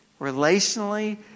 relationally